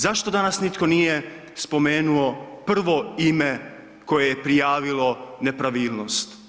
Zašto danas nitko nije spomenuo prvo ime koje je prijavilo nepravilnost?